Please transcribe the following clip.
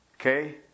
Okay